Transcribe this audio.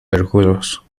perjuros